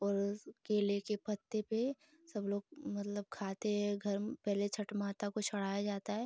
और केले के पत्ते पर सब लोग मतलब खाते हैं घर पहले छठ माता को चढ़ाया जाता है